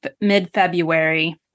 mid-February